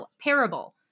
parable